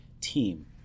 team